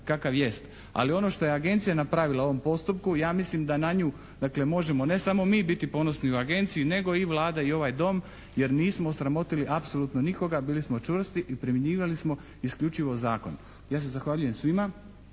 kakav jest. Ali ono što je agencija napravila u ovom postupku, ja mislim da na nju dakle možemo ne samo mi biti ponosni u agenciji nego i Vlada i ovaj Dom jer nismo osramotili apsolutno nikoga, bili smo čvrsti i primjenjivali smo isključivo zakon. Ja se zahvaljujem svima